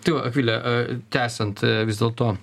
tai va akvile tęsiant vis dėlto